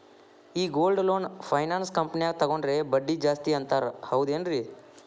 ಈ gold loan finance ಕಂಪನ್ಯಾಗ ತಗೊಂಡ್ರೆ ಬಡ್ಡಿ ಜಾಸ್ತಿ ಅಂತಾರ ಹೌದೇನ್ರಿ?